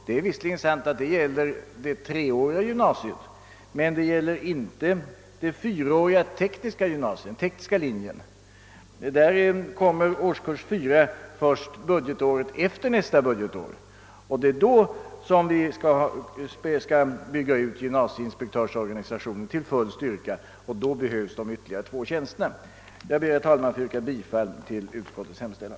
Det treåriga gymnasiet blir det visserligen men årskurs 4 på teknisk linje blir det inte förrän efter nästa budgetår. Det är då vi skall bygga ut gymnasieinspektörsorganisationen = till full styrka, och då behövs dessa två ytterligare tjänster. Jag ber, herr talman, att få yrka bifall till utskottets hemställan.